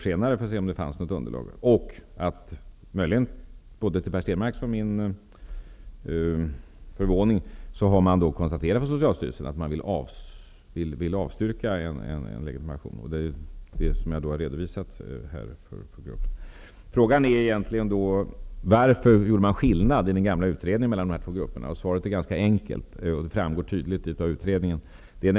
Socialstyrelsen har då konstaterat, möjligen till både min och Per Stenmarcks förvåning, att man vill avstyrka en legitimation. Det har jag redovisat här. Varför gjorde man då i den gamla utredningen en skillnad mellan dessa två grupper? Svaret är ganska enkelt. Det framgår tydligt av utredningen.